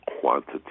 quantity